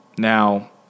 Now